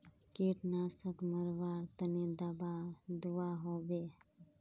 कीटनाशक मरवार तने दाबा दुआहोबे?